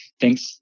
thanks